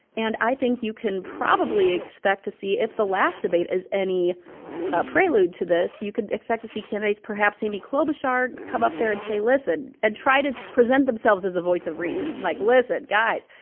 and i think you can probably expect to see if the last debate is any ah prelude to this, you can expect to see candidates perhaps amy klobuchar come up there and say, listen, and try to present themselves as the voice of reason. like, listen, guys.